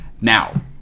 Now